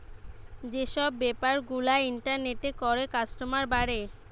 যে সব বেপার গুলা ইন্টারনেটে করে কাস্টমার বাড়ে